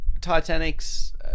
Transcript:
Titanic's